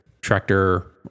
tractor